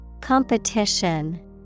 Competition